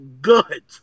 good